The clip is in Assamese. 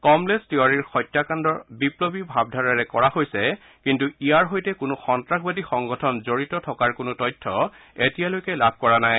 কমলেশ তিৱাৰীক হত্যাকাণ্ড বিপ্লৱী ভাৱধাৰাৰে কৰা হৈছে কিন্তু ইয়াৰ সৈতে কোনো সন্তাসবাদী সংগঠন জড়িত থকাৰ কোনো তথ্য এতিয়ালৈকে লাভ কৰা নাই